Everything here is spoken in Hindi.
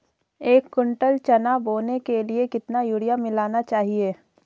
एक कुंटल चना बोने के लिए कितना यूरिया मिलाना चाहिये?